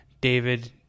David